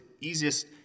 easiest